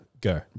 Go